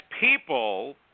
people